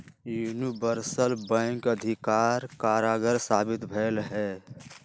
universal bank अधिक कारगर साबित भेलइ ह